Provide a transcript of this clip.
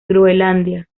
groenlandia